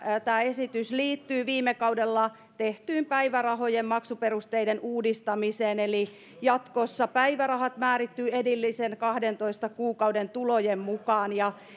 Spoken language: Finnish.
tämä esitys liittyy viime kaudella tehtyyn päivärahojen maksuperusteiden uudistamiseen eli jatkossa päivärahat määrittyvät edellisten kahdentoista kuukauden tulojen mukaan ja